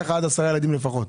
עד עשרה ילדים לפחות.